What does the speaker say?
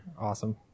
Awesome